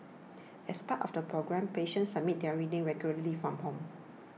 as part of the programme patients submit their readings regularly from home